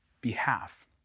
behalf